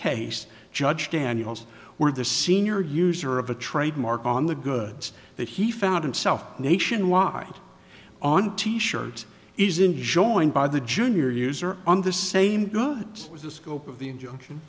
case judge daniels where the senior user of a trademark on the goods that he found himself nationwide on t shirts isn't joined by the junior user on the same goods as the scope of the injunction